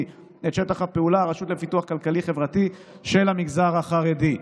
את שטח הפעולה: הרשות לפיתוח כלכלי-חברתי של המגזר החרדי.